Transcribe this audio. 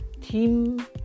team